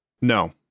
No